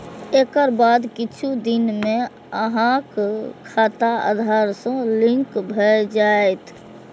एकर बाद किछु दिन मे अहांक खाता आधार सं लिंक भए जायत